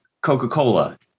Coca-Cola